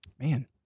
Man